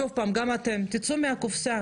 שוב פעם, גם אתם, תצאו מהקופסה,